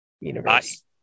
universe